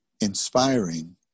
inspiring